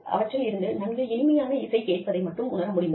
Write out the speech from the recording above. அவற்றில் இருந்து நன்கு இனிமையான இசை கேட்பதை மட்டும் உணர முடிந்தது